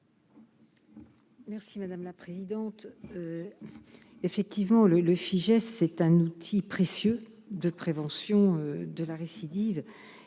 Merci madame la présidente, effectivement le le Fijais c'est un outil précieux de prévention de la récidive,